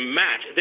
match